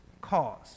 cause